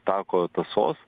tako tąsos